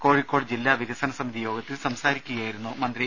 കോഴിക്കോട് ജില്ലാ വികസന സമിതി യോഗത്തിൽ സംസാരിക്കുയായിരുന്നു മന്ത്രി